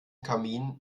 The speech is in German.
kamin